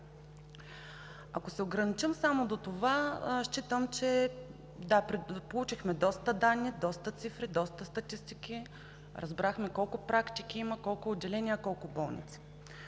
Ако се ограничим само до това, считам че – да, получихме доста данни, доста цифри, доста статистики, разбрахме колко практики има, колко отделения, колко болници,